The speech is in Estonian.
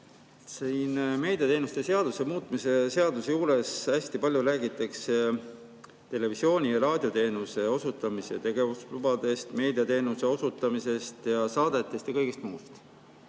Siin meediateenuste seaduse muutmise seaduse eelnõu juures hästi palju räägitakse televisiooni- ja raadioteenuse osutamise tegevuslubadest, meediateenuse osutamisest ja saadetest ja kõigest muust.